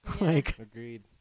Agreed